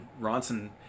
Ronson